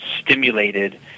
stimulated